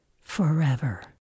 forever